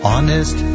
Honest